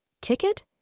Ticket